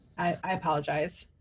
i apologize.